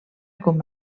com